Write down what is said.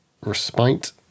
respite